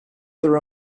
their